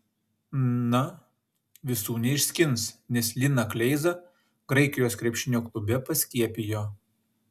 na visų neišskins nes liną kleizą graikijos krepšinio klube paskiepijo